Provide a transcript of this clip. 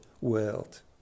world